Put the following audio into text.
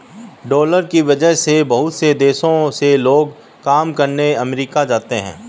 dollar की वजह से बहुत से देशों से लोग काम करने अमरीका जाते हैं